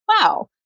wow